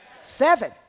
seven